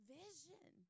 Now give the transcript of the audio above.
vision